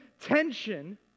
tension